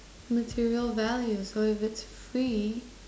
material value so if it's free